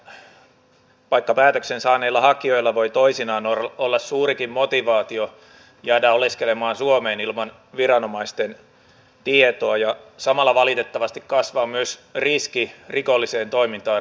näillä kielteisen turvapaikkapäätöksen saaneilla hakijoilla voi toisinaan olla suurikin motivaatio jäädä oleskelemaan suomeen ilman viranomaisten tietoa ja samalla valitettavasti kasvaa myös riski rikolliseen toimintaan ryhtymisestä